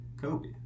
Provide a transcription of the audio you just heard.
Kobe